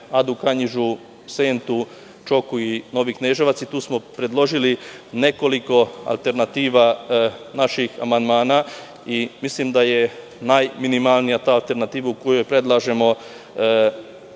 Adu, Kanjižu, Sentu, Čoku i Novi Kneževac. Tu smo predložili nekoliko alternativa, naših amandmana i mislim da je najminimalnija ta alternativa u kojoj predlažemo